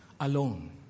alone